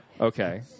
Okay